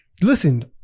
Listen